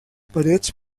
parets